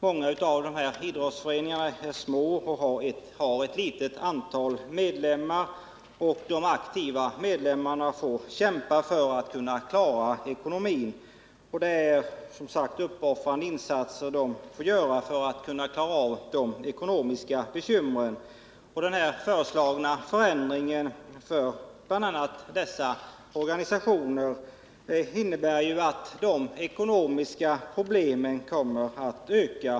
Många föreningar är små, de har ett litet antal medlemmar, och de aktiva medlemmarna får kämpa för att klara ekonomin. Det är uppoffrande insatser de gör för att klara de ekonomiska bekymren. Den föreslagna förändringen av bidragen till bl.a. dessa organisationer innebär att de ekonomiska problemen kommer att öka.